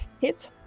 hits